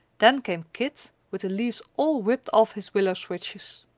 then came kit with the leaves all whipped off his willow switches.